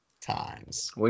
times